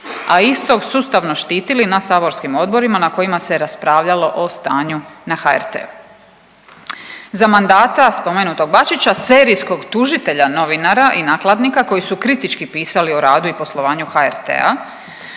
a istog sustavno štitili na saborskim odborima na kojima se raspravljalo o stanju na HRT-u. Za mandata spomenutog Bačića serijskog tužitelja novinara i nakladnika koji su kritički pisali o radu i poslovanju HRT-a